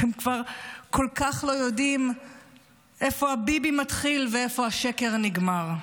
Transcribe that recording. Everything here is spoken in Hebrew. אתם כבר כל כך לא יודעים איפה הביבי מתחיל ואיפה השקר נגמר.